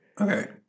Okay